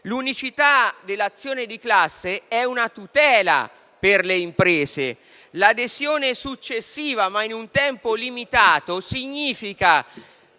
l'unicità dell'azione di classe è una tutela per le imprese; l'adesione successiva, ma in un tempo limitato, significa